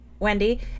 Wendy